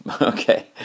Okay